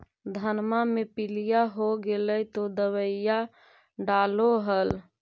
धनमा मे पीलिया हो गेल तो दबैया डालो हल?